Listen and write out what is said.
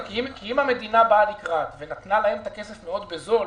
כי אם המדינה באה לקראת ונתנה להם את הכסף מאוד בזול,